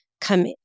come